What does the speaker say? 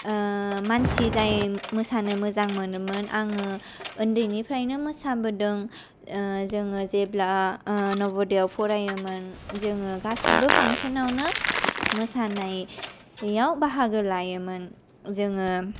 मानसि जाय मोसानो मोजां मोनोमोन आङो ओनदैनिफ्रायनो मोसाबोदों जोङो जेब्ला नवोदयाव फरायोमोन जोङो गासिबो फांशनावनो मोसानायाव बाहागो लायोमोन जोङो